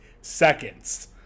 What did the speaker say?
seconds